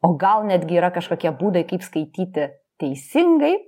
o gal netgi yra kažkokie būdai kaip skaityti teisingai